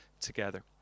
together